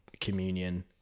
communion